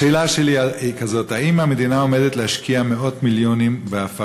השאלה שלי היא כזאת: האם המדינה עומדת להשקיע מאות מיליונים בעפר